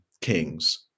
kings